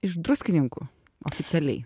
iš druskininkų oficialiai